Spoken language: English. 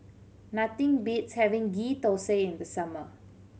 nothing beats having Ghee Thosai in the summer